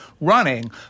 Running